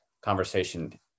conversation